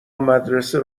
مدرسه